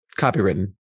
copywritten